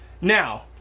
Now